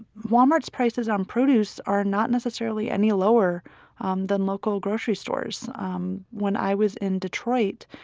walmart's prices on produce are not necessarily any lower um than local grocery stores um when i was in detroit,